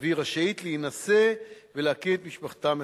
והיא רשאית להינשא ולהקים את משפחתה מחדש.